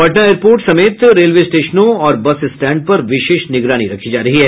Patna airport समेत railway स्टेशनों और बस स्टैंडों पर विशेष निगरानी रखी जा रही है